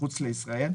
מחוץ לישראל,